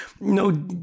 No